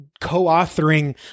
co-authoring